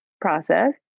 process